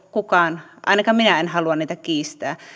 kukaan en ainakaan minä halua kiistää